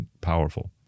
powerful